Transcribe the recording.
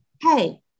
Hey